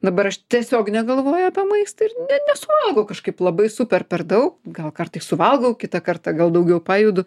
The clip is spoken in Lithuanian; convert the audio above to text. dabar aš tiesiog negalvoju apie maistą ir ne nesuvalgau kažkaip labai super per daug gal kartais suvalgau kitą kartą gal daugiau pajudu